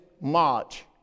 March